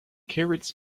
carrots